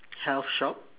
health shop